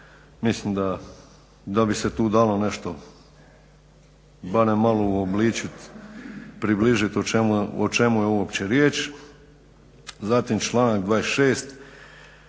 Mislim da bi se tu dalo nešto barem malo uobličit, približit o čemu je uopće riječ. Zatim članak 26.